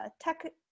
tech